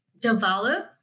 develop